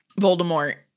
Voldemort